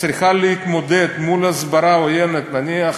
צריכה להתמודד מול הסברה עוינת, נניח,